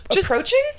Approaching